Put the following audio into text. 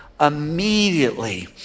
immediately